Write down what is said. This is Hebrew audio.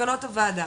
מסקנות הועדה.